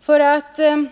För att vi skall kunna